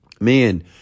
Man